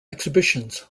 exhibitions